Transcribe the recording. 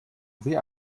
wie